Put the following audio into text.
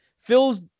Phil's